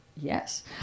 Yes